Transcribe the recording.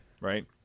Right